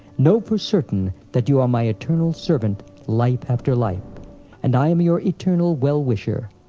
know for certain that you are my eternal servant life after life and i am your eternal wellwisher.